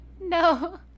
no